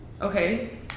Okay